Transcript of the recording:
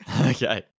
Okay